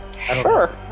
Sure